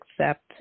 accept